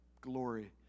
glory